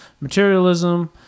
materialism